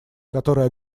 которая